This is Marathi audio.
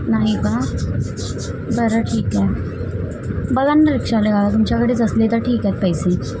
नाही का बरं ठीके बघा ना रिक्षावाले काका तुमच्याकडेच असले तर ठीक आहेत पैसे